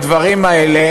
אני חושב שהדברים האלה,